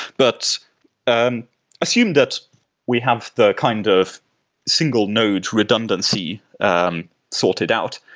but um assume that we have the kind of single node redundancy um sorted out.